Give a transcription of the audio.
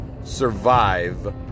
survive